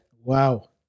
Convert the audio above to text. Wow